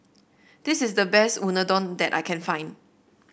this is the best Unadon that I can find